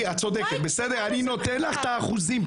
את צודקת, אני נותן לך את האחוזים.